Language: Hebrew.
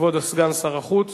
כבוד סגן שר החוץ.